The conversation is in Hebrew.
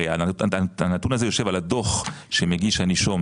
הרי הנתון הזה יושב על הדוח שמגיש הנישום,